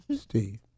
Steve